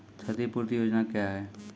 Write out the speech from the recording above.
क्षतिपूरती योजना क्या हैं?